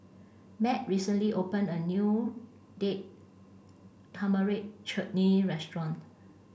Mat recently opened a new Date Tamarind Chutney Restaurant